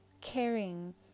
caring